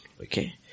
Okay